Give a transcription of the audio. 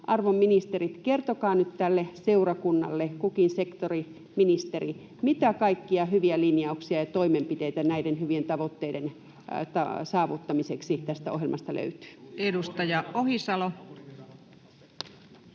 Arvon ministerit, kertokaa nyt kukin sektoriministeri tälle seurakunnalle, mitä kaikkia hyviä linjauksia ja toimenpiteitä näiden hyvien tavoitteiden saavuttamiseksi tästä ohjelmasta löytyy. [Speech